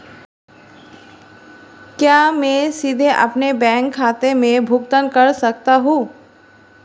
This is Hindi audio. क्या मैं सीधे अपने बैंक खाते से भुगतान कर सकता हूं?